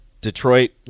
Detroit